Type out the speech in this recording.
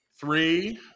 Three